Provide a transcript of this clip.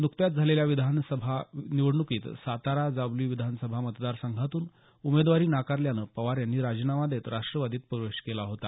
न्कत्याच झालेल्या विधानसभा निवडणूकीत सातारा जावली विधानसभा मतदार संघातून उमेदवारी नाकारल्याने पवार यांनी राजीनामा देत राष्ट्रवादीत प्रवेश केला होता